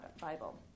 Bible